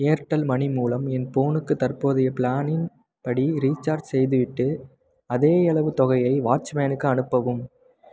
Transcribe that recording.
Airtel money மூலம் என் போனுக்கு தற்போதைய பிளானின் படி ரீசார்ஜ் செய்துவிட்டு அதேயளவு தொகையை வாட்ச்மேனுக்கு அனுப்பவும்